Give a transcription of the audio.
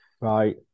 Right